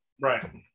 right